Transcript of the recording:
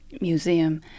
Museum